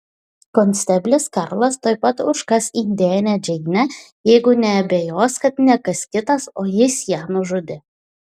konsteblis karlas tuoj pat užkas indėnę džeinę jeigu neabejos kad ne kas kitas o jis ją nužudė